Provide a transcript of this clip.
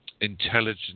intelligent